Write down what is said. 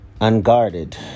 unguarded